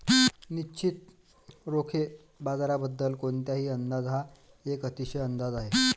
निश्चितच रोखे बाजाराबद्दल कोणताही अंदाज हा एक आंशिक अंदाज आहे